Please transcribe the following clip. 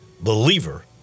believer